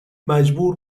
مجبور